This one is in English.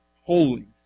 holy